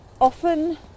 often